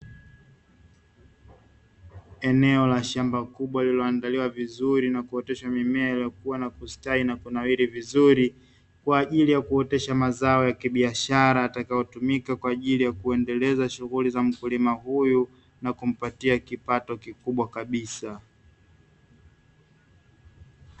Eneo la shamba kubwa lililoandaliwa vizuri na kuoteshwa mimea inayokua na kustawi na kunawiri vizuri, kwa ajili ya kuotesha mazao ya kibiashara yatakayotumika kwa ajili ya kuendeleza shughuli za mkulima huyu, na kumpatia kipato kikubwa kabisa.